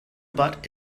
butt